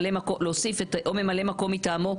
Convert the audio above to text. להוסיף או ממלא מקום מטעמו,